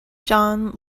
john